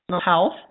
health